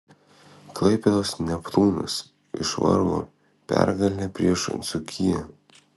klaipėdos neptūnas išvargo pergalę prieš dzūkiją